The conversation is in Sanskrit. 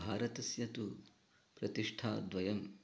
भारतस्य तु प्रतिष्ठाद्वयम्